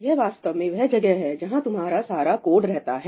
यह वास्तव में वह जगह है जहां तुम्हारा सारा कोड रहता है